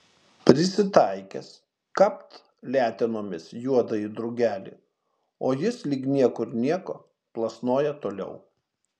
prisitaikęs kapt letenomis juodąjį drugelį o jis lyg niekur nieko plasnoja toliau